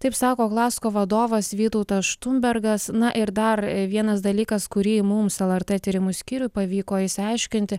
taip sako klasko vadovas vytautas štumbergas na ir dar vienas dalykas kurį mums lrt tyrimų skyriui pavyko išsiaiškinti